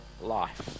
life